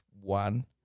one